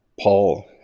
Paul